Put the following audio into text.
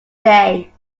day